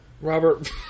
Robert